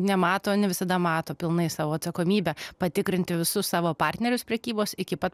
nemato ne visada mato pilnai savo atsakomybę patikrinti visus savo partnerius prekybos iki pat